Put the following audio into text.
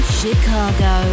chicago